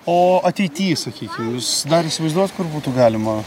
o ateity sakykim jūs dar įsivaizduojat kur būtų galima